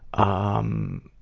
um,